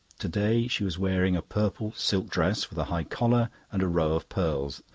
today she was wearing a purple silk dress with a high collar and a row of pearls.